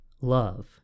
love